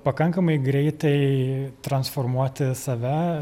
pakankamai greitai transformuoti save